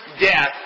death